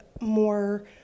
more